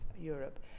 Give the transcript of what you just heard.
Europe